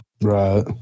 Right